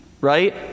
right